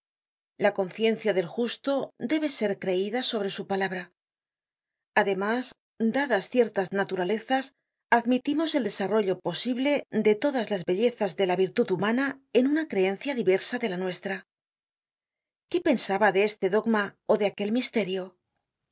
la conciencia del justo debe ser creida sobre su palabra además dadas ciertas naturalezas admitimos el desarrollo posible de todas las bellezas de la virtud humana en una creencia diversa de la nuestra qué pensaba de este dogma ó de aquel misterio